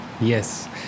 Yes